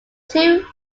two